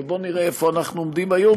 ובוא נראה איפה אנחנו עומדים היום,